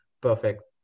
perfect